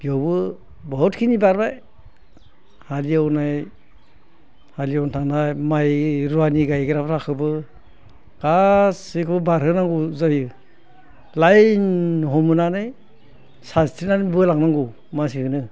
बेयावबो बहुद खिनि बारबाय हालेवनाय माइ रुवानि गायग्राफोरखौबो गासैखौबो बारहोनांगौ जायो लाइन हमनानै सानस्रिनानै बोलांनांगौ मानसिखौनो